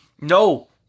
No